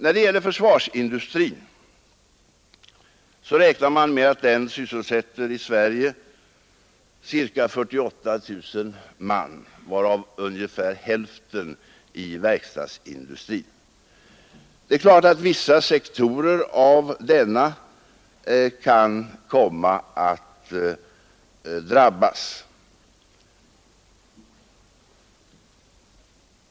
När det gäller försvarsindustrin räknar man med att den i Sverige sysselsätter ca 48 000 man varav ungefär hälften i verkstadsindustrin. Det är klart att vissa sektorer av denna industri kan komma att drabbas.